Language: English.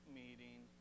meeting